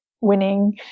winning